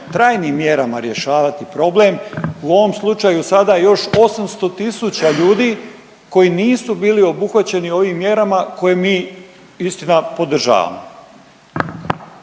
trajnim mjerama rješavati problem u ovom slučaju sada još 800 tisuća ljudi koji nisu bili obuhvaćeni ovim mjerama koje mi, istina, podržavamo.